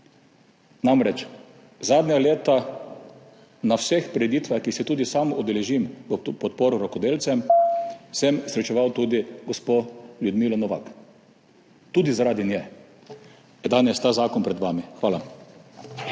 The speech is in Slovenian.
namreč, zadnja leta sem na vseh prireditvah, ki se jih tudi sam udeležim v podporo rokodelcem, srečeval tudi gospo Ljudmilo Novak. Tudi zaradi nje je danes ta zakon pred vami. Hvala.